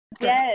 Yes